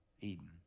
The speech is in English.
Eden